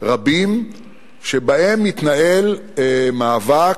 רבים שבהם מתנהל מאבק,